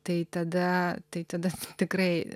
tai tada tai tada tikrai